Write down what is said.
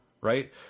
right